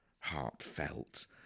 heartfelt